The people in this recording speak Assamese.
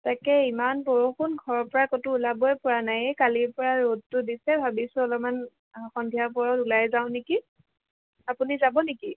তাকে ইমান বৰষুণ ঘৰৰ পৰা ক'তো ওলাবই পৰা নাই এই কালিৰ পৰা ৰ'দটো দিছে ভাবিছোঁ অলপমান সন্ধিয়াপৰত ওলাই যাওঁ নেকি আপুনি যাব নেকি